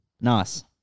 Nice